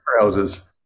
houses